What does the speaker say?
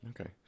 Okay